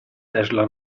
tesla